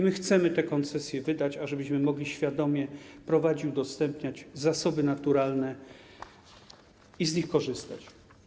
My chcemy te koncesje wydać, ażebyśmy mogli świadomie udostępniać zasoby naturalne i z nich korzystać.